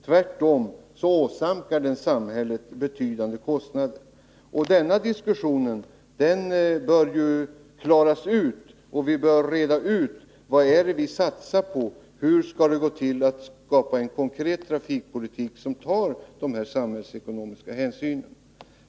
Tvärtom åsamkar den samhället betydande utgifter. Vi bör reda ut vad det är vi satsar på och hur det skall gå till att skapa en trafikpolitik som tar samhällsekonomiska hänsyn.